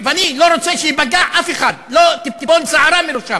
ואני לא רוצה שייפגע אף אחד, לא תיפול שערה מראשם,